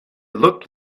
looked